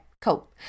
cool